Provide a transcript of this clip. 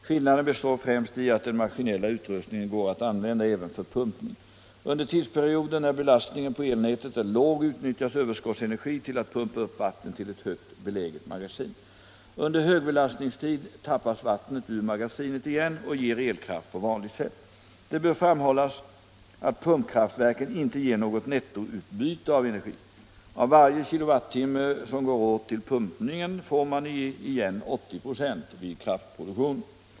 Skillnaden består främst i att den maskinella utrustningen går att använda även för pumpning. Under tidsperioder när belastningen på elnätet är låg utnyttjas överskottsenergi till att pumpa upp vatten till ett högt beläget magasin. Under högbelastningstid tappas vattnet ur magasinet igen och ger elkraft på vanligt sätt. Det bör framhållas att pumpkraftverken inte ger något nettoutbyte av energi. Av varje kilowattimme som går åt till pumpningen får man igen 80 96 vid kraftproduktionen.